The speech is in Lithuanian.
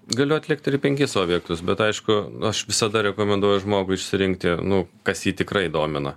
galiu atlėkt ir į penkis objektus bet aišku aš visada rekomenduoju žmogui išsirinkti nu kas jį tikrai domina